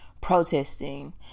protesting